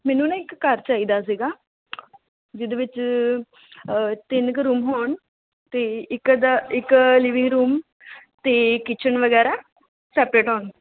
ਮੈਨੂੰ ਨਾ ਇੱਕ ਘਰ ਚਾਹੀਦਾ ਸੀਗਾ ਜਿਹਦੇ ਵਿੱਚ ਤਿੰਨ ਕੁ ਰੂਮ ਹੋਣ ਅਤੇ ਇੱਕ ਦ ਇੱਕ ਲਿਵਿੰਗ ਰੂਮ ਅਤੇ ਕਿਚਨ ਵਗੈਰਾ ਸੈਪਰੇਟ ਹੋਣ